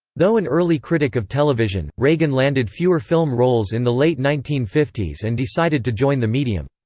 though an early critic of television, reagan landed fewer film roles in the late nineteen fifty s and decided to join the medium.